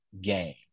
game